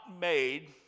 made